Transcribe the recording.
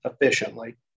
efficiently